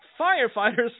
firefighters